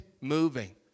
moving